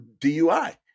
DUI